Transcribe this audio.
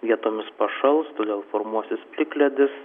vietomis pašals todėl formuosis plikledis